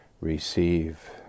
receive